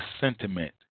sentiment